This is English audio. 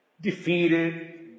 defeated